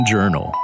Journal